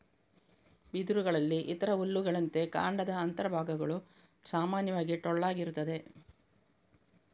ಬಿದಿರುಗಳಲ್ಲಿ ಇತರ ಹುಲ್ಲುಗಳಂತೆ ಕಾಂಡದ ಅಂತರ ಭಾಗಗಳು ಸಾಮಾನ್ಯವಾಗಿ ಟೊಳ್ಳಾಗಿರುತ್ತದೆ